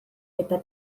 eta